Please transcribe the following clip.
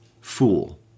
fool